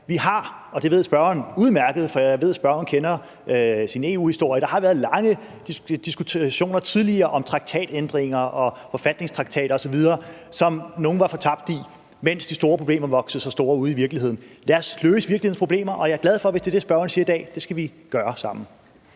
været – det ved spørgeren udmærket, for jeg ved, at spørgeren kender sin EU-historie – lange diskussioner om traktatændringer, forfatningstraktater osv., som nogle fortabte sig i, mens de store problemer voksede sig større ude i virkeligheden. Lad os løse virkelighedens problemer. Og jeg er glad for det, hvis det, spørgeren siger i dag, er, at det skal vi gøre sammen.